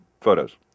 Photos